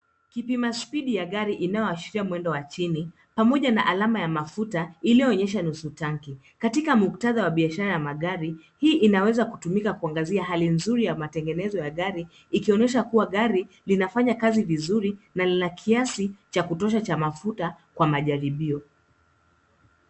Kipima spidi ya gari inayoashiria mwendo wa chini pamoja na alama ya mafuta iliyonyesha nusu tanki. Katika muktadha wa biashara ya magari, hii inaweza kutumika kuangazia hali nzuri ya matengenezo ya gari ikionyesha kuwa agari linafanya kazi vizuri na lina kiasi cha kutosha cha mafuta kwa majaribio.